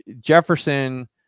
jefferson